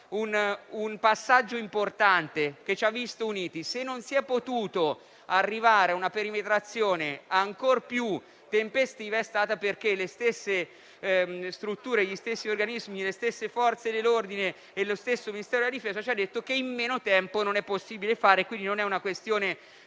un passaggio importante che ci ha visto uniti. Se non si è potuto arrivare a una perimetrazione ancor più tempestiva è stato perché le stesse strutture, gli stessi organismi, le stesse Forze dell'ordine e lo stesso Ministero della difesa ci hanno detto che in meno tempo non è possibile farlo. Quindi non è una questione